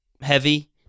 heavy